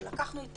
כשלקחנו את